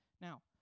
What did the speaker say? Now